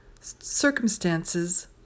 Circumstances